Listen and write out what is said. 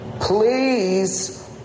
Please